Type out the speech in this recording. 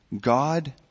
God